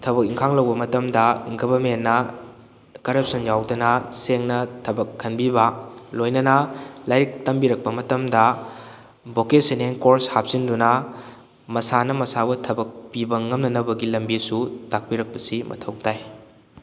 ꯊꯕꯛ ꯏꯪꯈꯥꯡ ꯂꯧꯕ ꯃꯇꯝꯗ ꯒꯕꯔꯃꯦꯟꯅ ꯀꯔꯞꯁꯟ ꯌꯥꯎꯗꯅ ꯁꯦꯡꯅ ꯊꯕꯛ ꯈꯟꯕꯤꯕ ꯂꯣꯏꯅꯅ ꯂꯥꯏꯔꯤꯛ ꯇꯝꯕꯤꯔꯛꯄ ꯃꯇꯝꯗ ꯚꯣꯀꯦꯁꯟꯅꯦꯜ ꯀꯣꯔꯁ ꯍꯥꯞꯤꯟꯗꯨꯅ ꯃꯁꯥꯅ ꯃꯁꯥꯕꯨ ꯊꯕꯛ ꯄꯤꯕ ꯉꯝꯅꯅꯕꯒꯤ ꯂꯝꯕꯤꯁꯨ ꯇꯥꯛꯄꯤꯔꯛꯄꯁꯤ ꯃꯊꯧ ꯇꯥꯏ